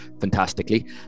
fantastically